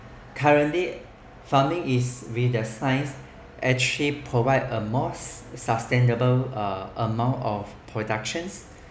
currently farming is with the science and she provides a most sustainable uh amount of production